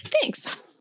thanks